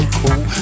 cool